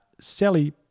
Sally